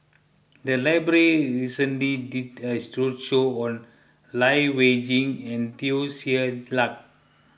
the library recently did a roadshow on Lai Weijie and Teo Ser Luck